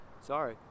Sorry